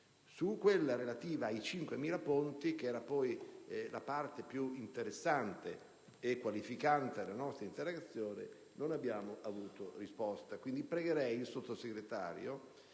parte relativa ai 5.000 ponti, che era quella più interessante e qualificante della nostra interrogazione, non abbiamo avuto risposta. Pregherei pertanto il Sottosegretario,